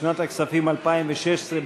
לשנת הכספים 2016,